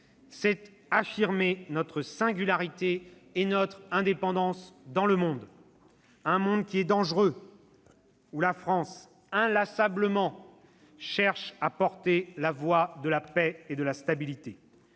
c'est affirmer notre singularité et notre indépendance dans le monde ; un monde qui est dangereux, où la France, inlassablement, cherche à porter la voix de la paix et de la stabilité